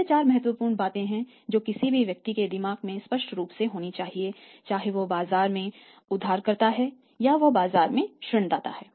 ये चार महत्वपूर्ण बातें हैं जो किसी भी व्यक्ति के दिमाग में स्पष्ट रूप से होनी चाहिए चाहे वह बाजार में उधारकर्ता है या वह बाजार में ऋण दाता है